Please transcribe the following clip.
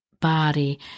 body